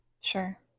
Sure